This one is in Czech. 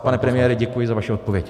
Pane premiére, děkuji za vaši odpověď.